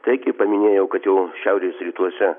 tai kaip paminėjau kad jau šiaurės rytuose